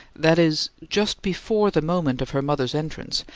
that is, just before the moment of her mother's entrance,